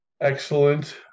excellent